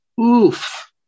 Oof